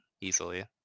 easily